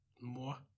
More